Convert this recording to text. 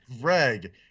Greg